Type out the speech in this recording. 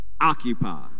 Occupy